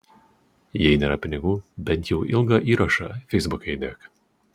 jei nėra pinigų bent jau ilgą įrašą feisbuke įdėk